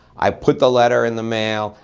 i put the letter in the mail,